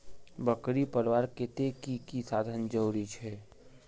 बकरी पलवार केते की की साधन जरूरी छे?